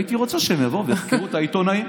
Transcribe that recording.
הייתי רוצה שהם יבואו ויחקרו את העיתונאים,